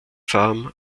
farm